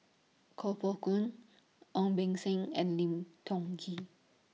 Koh Poh Koon Ong Beng Seng and Lim Tiong Ghee